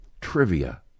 trivia